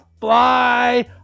fly